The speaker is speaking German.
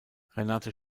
renate